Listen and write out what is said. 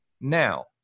Now